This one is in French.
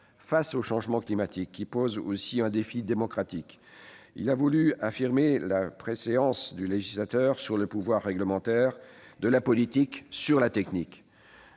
Face aux changements climatiques, qui posent aussi un défi démocratique, il a ainsi voulu affirmer la préséance du législateur sur le pouvoir réglementaire, de la politique sur la technique.